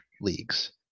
leagues